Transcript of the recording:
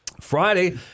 Friday